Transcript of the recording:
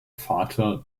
vater